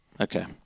Okay